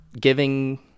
giving